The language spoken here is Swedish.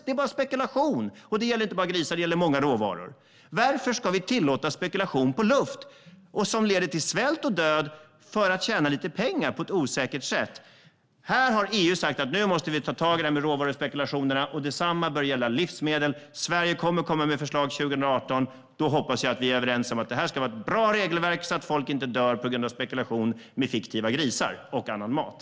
Det är bara spekulation, och det gäller inte bara grisar utan det gäller också många råvaror. Varför ska vi tillåta spekulation av luft som leder till svält och död för att man ska tjäna lite pengar på ett osäkert sätt? EU har sagt att man nu måste ta tag i råvaruspekulationerna, och detsamma bör gälla livsmedel. Sverige kommer med förslag 2018. Då hoppas jag att det blir ett bra regelverk, så att folk inte dör på grund av spekulation med fiktiva grisar och annan mat.